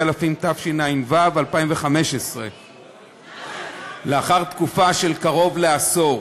התשע"ו 2015. לאחר תקופה של קרוב לעשור